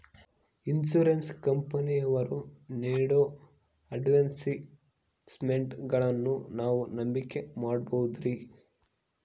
Insurance ಕಂಪನಿಯವರು ನೇಡೋ ಅಡ್ವರ್ಟೈಸ್ಮೆಂಟ್ಗಳನ್ನು ನಾವು ನಂಬಿಕೆ ಮಾಡಬಹುದ್ರಿ?